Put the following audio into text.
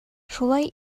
шулай